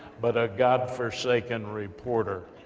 but a godforsaken reporter.